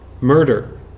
murder